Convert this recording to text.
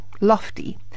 lofty